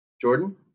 Jordan